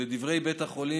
לדברי בית החולים,